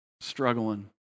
Struggling